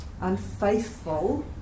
Unfaithful